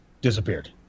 disappeared